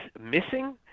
missing